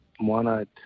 Moana